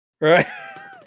right